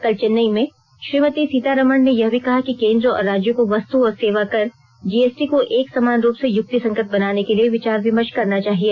कल चेन्नई में श्रीमती सीतारामन ने यह भी कहा कि केन्द्र और राज्यों को वस्तु और सेवा कर जीएसटी को एक समान रूप से युक्तिसंगत बनाने के लिए विचार विमर्श करना चाहिए